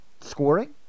scoring